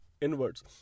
inwards